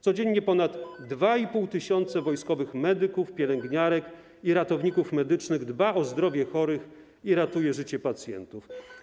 Codziennie ponad 2,5 tys. wojskowych medyków, pielęgniarek i ratowników medycznych dba o zdrowie chorych i ratuje życie pacjentów.